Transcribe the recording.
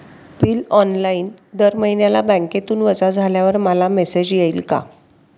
Bill online दर महिन्याला बँकेतून वजा झाल्यावर मला मेसेज येईल का?